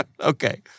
okay